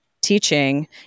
teaching